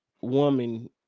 woman